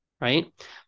right